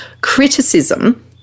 criticism